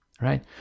right